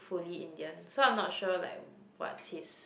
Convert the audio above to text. fully Indian so I'm not sure like what's his